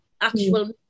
actual